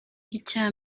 icya